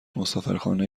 مسافرخانه